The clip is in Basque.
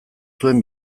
zuen